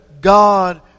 God